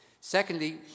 Secondly